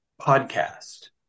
podcast